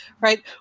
right